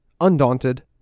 Undaunted